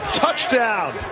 touchdown